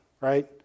Right